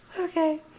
Okay